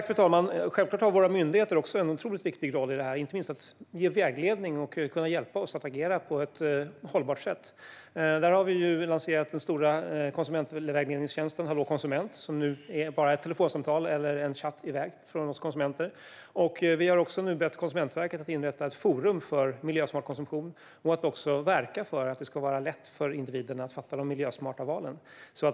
Fru talman! Självfallet har våra myndigheter en otroligt viktig roll i detta, inte minst när det gäller att ge vägledning och hjälpa oss att agera på ett hållbart sätt. Vi har lanserat den stora konsumentvägledningstjänsten Hallå konsument, som nu bara är ett telefonsamtal eller en chatt bort från oss konsumenter. Vi har också bett Konkurrensverket att inrätta ett forum för miljösmart konsumtion och att verka för att det ska vara lätt för individen att göra miljösmarta val.